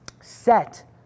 Set